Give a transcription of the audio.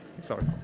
Sorry